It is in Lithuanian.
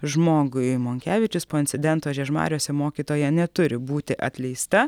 žmogui monkevičius po incidento žiežmariuose mokytoja neturi būti atleista